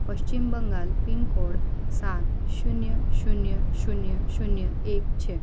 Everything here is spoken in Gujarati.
પશ્ચિમ બંગાળ પિનકોડ સાત શૂન્ય શૂન્ય શૂન્ય શૂન્ય એક છે